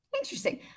Interesting